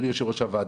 יושב-ראש הוועדה,